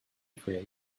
create